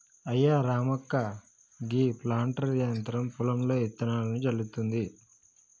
అయ్యా రామక్క గీ ప్లాంటర్ యంత్రం పొలంలో ఇత్తనాలను జల్లుతుంది